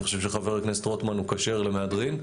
אני חושב שחבר הכנסת רוטמן הוא כשר למהדרין,